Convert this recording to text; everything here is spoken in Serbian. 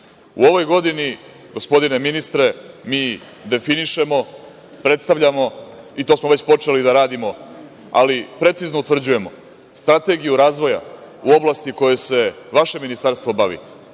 ovoj godini, gospodine ministre, mi definišemo, predstavljamo, i to smo već počeli da radimo, ali precizno utvrđujemo strategiju razvoja u oblasti kojom se vaše ministarstvo bavi